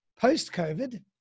Post-COVID